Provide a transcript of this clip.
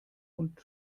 und